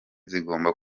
zigomba